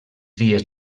dies